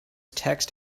text